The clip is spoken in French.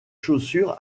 chaussures